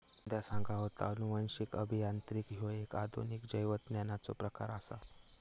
संध्या सांगा होता, अनुवांशिक अभियांत्रिकी ह्यो एक आधुनिक जैवतंत्रज्ञानाचो प्रकार आसा